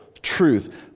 Truth